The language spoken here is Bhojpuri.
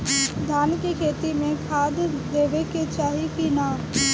धान के खेती मे खाद देवे के चाही कि ना?